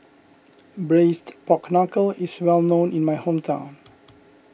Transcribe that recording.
Braised Pork Knuckle is well known in my hometown